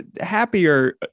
happier